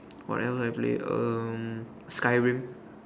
what else I play um Skyrim